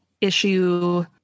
issue